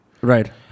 right